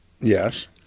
Yes